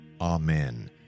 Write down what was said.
Amen